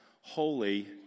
holy